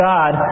God